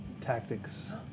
tactics